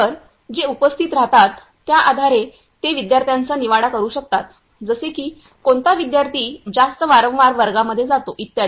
तर जे उपस्थित राहतात त्या आधारे ते विद्यार्थ्यांचा निवाडा करु शकतात जसे की कोणता विद्यार्थी जास्त वारंवार वर्गांमध्ये जातो इत्यादी